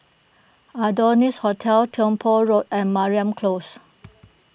Adonis Hotel Tiong Poh Road and Mariam Close